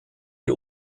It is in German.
die